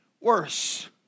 worse